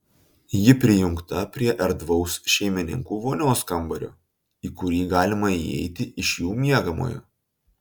ji prijungta prie erdvaus šeimininkų vonios kambario į kurį galima įeiti iš jų miegamojo